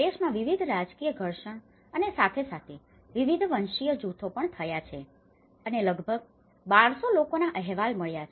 દેશમાં વિવિધ રાજકીય ઘર્ષણ અને સાથે સાથે વિવિધ વંશીય જૂથો પણ થયા છે અને લગભગ 1200 લોકોના અહેવાલ મળ્યા છે